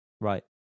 Right